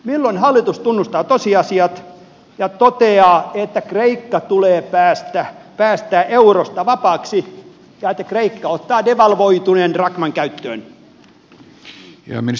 milloin hallitus tunnustaa tosiasiat ja toteaa että kreikka tulee päästää eurosta vapaaksi ja että kreikka ottaa devalvoituneen drakman käyttöön